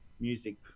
music